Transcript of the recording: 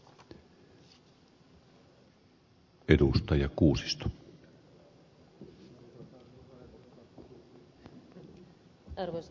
arvoisa puhemies